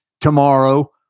tomorrow